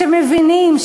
שמבינים,